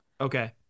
Okay